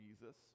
Jesus